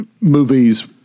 movies